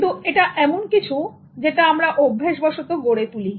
কিন্তু এটা এমন কিছু যেটা আমরা অভ্যাসবশতঃ গড়ে তুলি